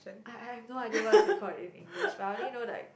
I I have no idea what is it called in English but I only know like